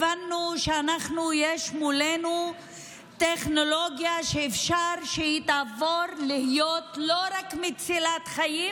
הבנו שיש מולנו טכנולוגיה שאפשר שהיא תהיה לא רק מצילת חיים,